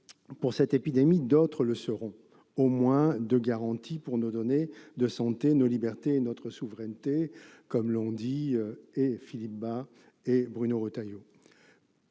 pour cette épidémie, d'autres le seront, avec moins de garanties pour nos données de santé, nos libertés et notre souveraineté, comme l'ont souligné Philippe Bas et Bruno Retailleau.